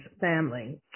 family